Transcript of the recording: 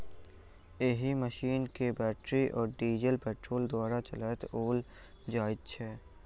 एहि मशीन के बैटरी आ डीजल पेट्रोल द्वारा चलाओल जाइत छै